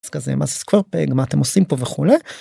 זה מה שאתם עושים פה וכולי.